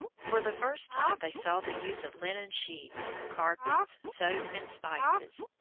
for the first time they saw the use of linen sheets, carpets, soap, and spices.